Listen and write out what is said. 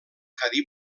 cadí